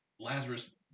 Lazarus